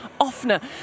offner